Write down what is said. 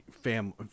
family